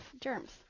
germs